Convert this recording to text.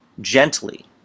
gently